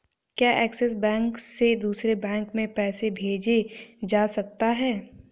क्या Axis bank से दूसरे बैंक में पैसे भेजे जा सकता हैं?